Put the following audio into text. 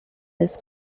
this